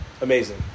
amazing